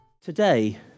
Today